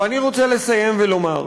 ואני רוצה לסיים ולומר,